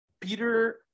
Peter